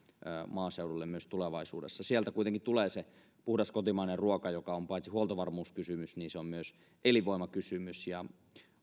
maaseudulle myös tulevaisuudessa sieltä kuitenkin tulee se puhdas kotimainen ruoka joka on paitsi huoltovarmuuskysymys myös elinvoimakysymys